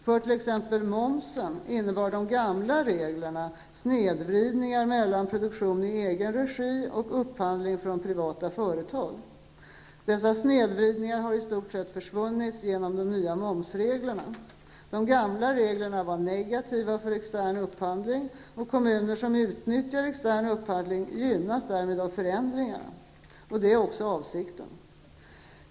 För t.ex. momsen innebär de gamla reglerna snedvridningar mellan produktion i egen regi och upphandling från privata företag. Dessa snedvridningar har i stort sett försvunnit genom de nya momsreglerna. De gamla reglerna var negativa för extern upphandling, och kommuner som utnyttjar extern upphandling gynnas därmed av förändringar. Detta är också avsikten.